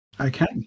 Okay